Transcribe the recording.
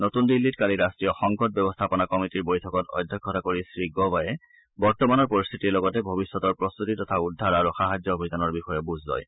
নতুন দিল্লীত কালি ৰাষ্ট্ৰীয় সংকট ব্যৱস্থাপনা কমিটিৰ বৈঠকত অধ্যক্ষতা কৰি শ্ৰীগৌবায়ে বৰ্তমানৰ পৰিস্থিতিৰ লগতে ভৱিষ্যতৰ প্ৰস্ত্তি তথা উদ্ধাৰ আৰু সাহাৰ্য অভিযানৰ বিষয়ে বুজ লয়